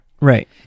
Right